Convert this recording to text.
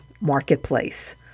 marketplace